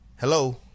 Hello